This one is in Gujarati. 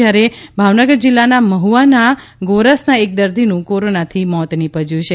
જયારે ભાવનગર જિલ્લાનાં મહુવાનાં ગોરસનાં એક દર્દીનું કોરોનાથી મોત નીપજ્યું છે